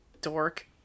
dork